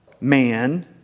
man